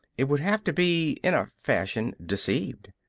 it would have to be in a fashion deceived.